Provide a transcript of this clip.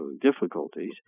difficulties